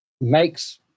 makes